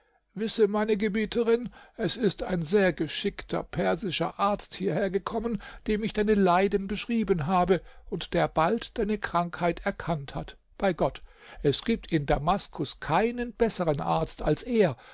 wisse meine gebieterin es ist ein sehr geschickter persischer arzt hierhergekommen dem ich deine leiden beschrieben habe und der bald deine krankheit erkannt hat bei gott es gibt in damaskus keinen besseren arzt als er